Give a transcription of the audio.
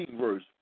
verse